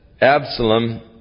Absalom